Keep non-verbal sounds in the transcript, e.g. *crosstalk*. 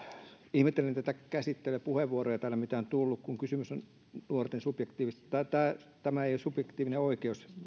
ihmettelen tätä käsittelyä ja puheenvuoroja täällä mitä on tullut kun kysymys on nuorten subjektiivisesta tai tämä lainmuutos tässä ei ole välttämättä subjektiivinen oikeus *unintelligible*